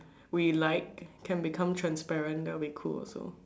we like can become transparent that'll cool also